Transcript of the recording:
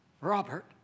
Robert